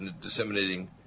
disseminating